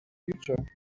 future